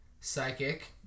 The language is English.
Psychic